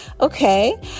okay